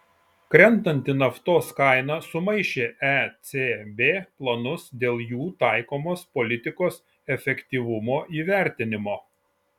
krentanti naftos kaina sumaišė ecb planus dėl jų taikomos politikos efektyvumo įvertinimo